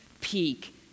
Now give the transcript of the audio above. peak